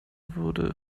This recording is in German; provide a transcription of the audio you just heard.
wurde